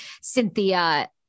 Cynthia